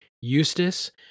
Eustace